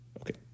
Okay